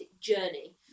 journey